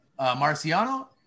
Marciano